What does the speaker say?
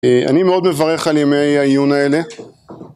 אני מאוד מברך על ימי העיון האלה.